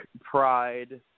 Pride